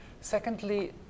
Secondly